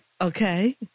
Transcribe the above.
Okay